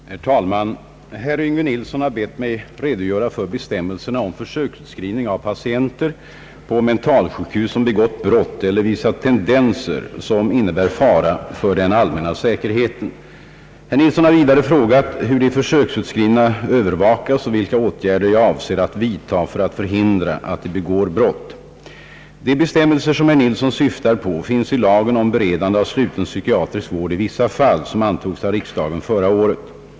Herr talman! Herr Yngve Nilsson har bett mig redogöra för bestämmelserna om försöksutskrivning av patienter på mentalsjukhus som begått brott eller visat tendenser som innebär fara för den allmänna säkerheten. Herr Nilsson har vidare frågat hur de försöksutskrivna Övervakas och vilka åtgärder jag avser att vidta för att förhindra att de begår brott. De bestämmelser som herr Nilsson syftar på finns i lagen om beredande av sluten psykiatrisk vård i vissa fall, som antogs av riksdagen förra året.